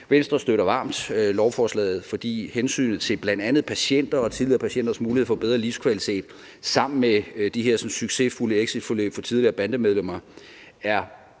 Venstre støtter varmt lovforslaget, fordi hensynet til bl.a. patienter og tidligere patienters mulighed for bedre livskvalitet sammen med de her succesfulde exitforløb for tidligere bandemedlemmer er